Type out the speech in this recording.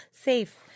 safe